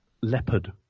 Leopard